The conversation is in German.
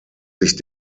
sich